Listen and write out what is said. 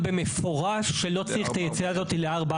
היא אמרה אבל במפורש שלא צריך את היציאה הזו ל-443,